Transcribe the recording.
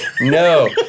no